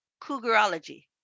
cougarology